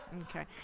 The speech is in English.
Okay